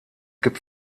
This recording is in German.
gibt